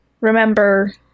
remember